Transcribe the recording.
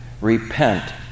Repent